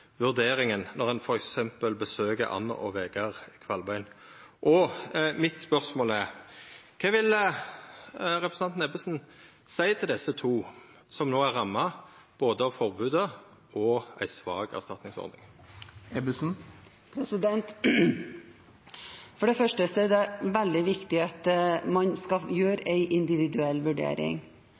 vurderinga, når dei f.eks. besøkjer Ann og Wegard Qvalbein? Mitt spørsmål er: Kva vil representanten Ebbesen seia til desse to som no er ramma, både av forbodet og av ei svak erstatningsordning? For det første er det veldig viktig at man gjør en individuell vurdering.